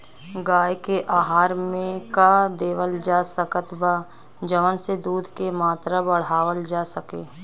गाय के आहार मे का देवल जा सकत बा जवन से दूध के मात्रा बढ़ावल जा सके?